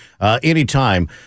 anytime